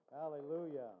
Hallelujah